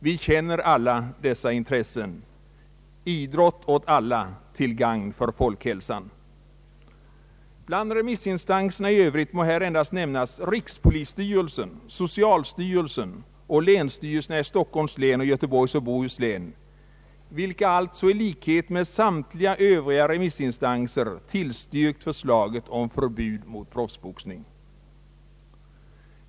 Vi känner alla dessa intressen: idrott åt alla, till gagn för folkhälsan. Bland remissinstanserna i övrigt må här endast nämnas rikspolisstyrelsen, socialstyrelsen och länsstyrelserna i Stockholms län och Göteborgs och Bohus län, vilka alltså i likhet med samtliga övriga remissinstanser tillstyrkt förslaget om förbud mot proffsboxning.